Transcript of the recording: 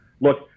look